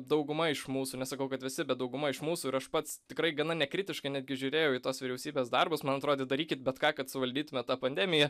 dauguma iš mūsų nesakau kad visi bet dauguma iš mūsų ir aš pats tikrai gana nekritiškai netgi žiūrėjau į tos vyriausybės darbus man atrodė darykit bet ką kad suvaldytume tą pandemiją